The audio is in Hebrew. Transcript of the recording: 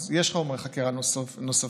אז יש חומרי חקירה נוספים,